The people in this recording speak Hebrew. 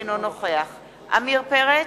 אינו נוכח עמיר פרץ,